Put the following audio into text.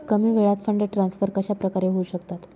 कमी वेळात fund transfer कशाप्रकारे होऊ शकतात?